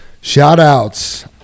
Shout-outs